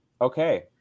okay